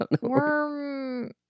worm